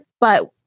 But-